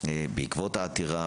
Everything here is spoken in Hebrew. בעקבות העתירה,